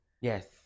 Yes